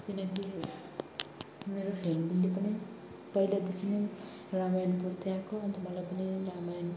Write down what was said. किनकि मेरो फ्यमिलीले पनि पहिल्यैदेखि रामायण पढ्दै आएको अन्त मलाई पनि रामायण